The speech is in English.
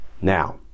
Now